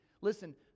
listen